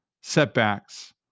setbacks